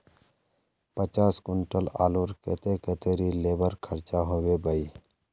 पचास कुंटल आलूर केते कतेरी लेबर खर्चा होबे बई?